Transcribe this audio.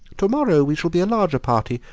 to-morrow we shall be a larger party.